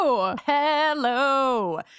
Hello